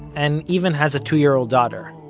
and even has a two-year-old daughter.